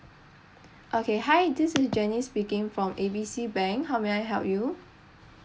okay hi this is janice speaking from A B C bank how may I help you